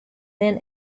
then